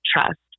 trust